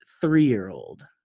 three-year-old